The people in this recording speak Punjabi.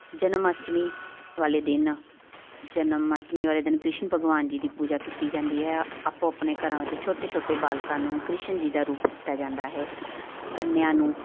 ਜਨਮ ਅਸ਼ਟਮੀ ਵਾਲੇ ਦਿਨ ਜਨਮ ਅਸ਼ਟਮੀ ਵਾਲੇ ਦਿਨ ਕ੍ਰਿਸ਼ਨ ਭਗਵਾਨ ਜੀ ਦੀ ਪੂਜਾ ਕੀਤੀ ਜਾਂਦੀ ਹੈ ਆਪੋ ਆਪਣੇ ਘਰਾਂ ਵਿੱਚ ਛੋਟੇ ਛੋਟੇ ਬਾਲਕਾਂ ਨੂੰ ਕ੍ਰਿਸ਼ਨ ਜੀ ਦਾ ਰੂਪ ਦਿੱਤਾ ਜਾਂਦਾ ਹੈ ਕੰਨਿਆ ਨੂੰ